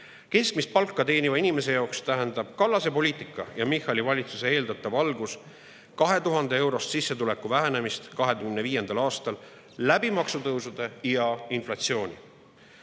Keskmist palka teeniva inimese jaoks tähendab Kallase [valitsuse] poliitika ja Michali valitsuse eeldatav algus 2000‑eurost sissetuleku vähenemist 2025. aastal maksutõusude ja inflatsiooni